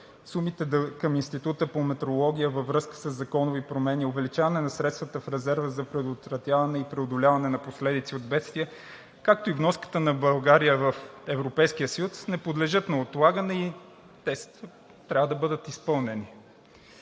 сумите към Института по метрология във връзка със законови промени, увеличаване на средствата в резерва за предотвратяване и преодоляване на последици от бедствия, както и вноската на България в Европейския съюз не подлежат на отлагане и те трябва да бъдат изпълнени.